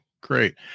great